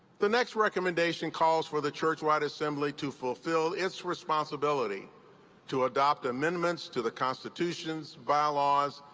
the next recommendation calls for the churchwide assembly to fulfill its responsibility to adopt amendments to the constitutions, bylaws,